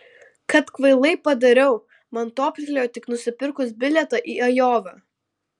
kad kvailai padariau man toptelėjo tik nusipirkus bilietą į ajovą